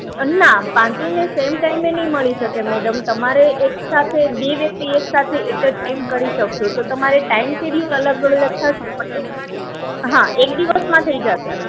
ના પનસી ને સેમ ટાઇમે નહીં મળી શકે મેડમ તમારે એક સાથે બે વ્યક્તિ એક સાથે એટ ધ ટાઇમ કરી શકશો તો તમારે ટાઇમ સિડયુલ અલગ અલગ થશે હા એક દિવસમાં થઈ જશે